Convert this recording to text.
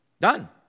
Done